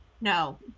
No